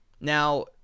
Now